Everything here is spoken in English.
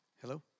Hello